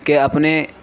کہ اپنے